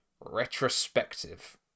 Retrospective